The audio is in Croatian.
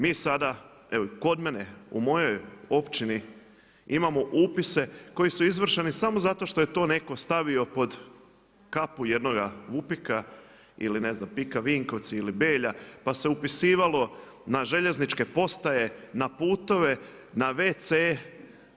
Mi sada, evo kod mene u mojoj općini imamo upise koji su izvršeni samo zato što je to netko stavio pod kapu jednoga VUPIK-a ili ne znam PIK-a Vinkovci ili Belja, pa se upisivalo na željezničke postaje, na putove, na wc-e.